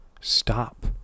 stop